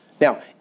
Now